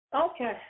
Okay